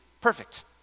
perfect